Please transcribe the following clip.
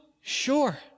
sure